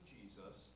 Jesus